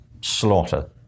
slaughter